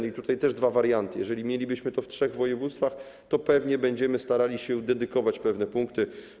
I tutaj też dwa warianty: jeżeli będziemy mieli to w trzech województwach, to pewnie będziemy starali się dedykować pewne punkty.